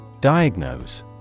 Diagnose